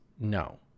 No